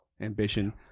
ambition